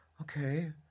Okay